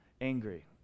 angry